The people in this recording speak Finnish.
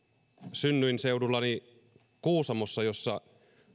synnyinseudullani kuusamossa jossa